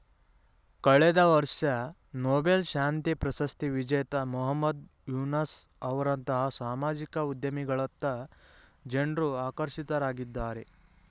ಕಳೆದ ವರ್ಷ ನೊಬೆಲ್ ಶಾಂತಿ ಪ್ರಶಸ್ತಿ ವಿಜೇತ ಮಹಮ್ಮದ್ ಯೂನಸ್ ಅವರಂತಹ ಸಾಮಾಜಿಕ ಉದ್ಯಮಿಗಳತ್ತ ಜನ್ರು ಆಕರ್ಷಿತರಾಗಿದ್ದಾರೆ